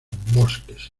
bosques